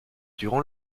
durant